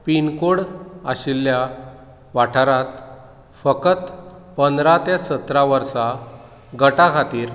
pin code आशिल्या वाठारांत फकत पंदरां ते सतरा वर्सां गटा खातीर